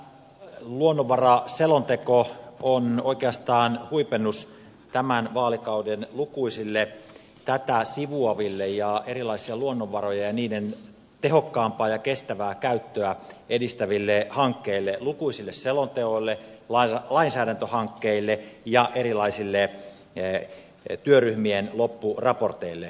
tämä luonnonvaraselonteko on oikeastaan huipennus tämän vaalikauden lukuisille tätä sivuaville ja erilaisia luonnonvaroja ja niiden tehokkaampaa ja kestävää käyttöä edistäville hankkeille lukuisille selonteoille lainsäädäntöhankkeille ja erilaisille työryhmien loppuraporteille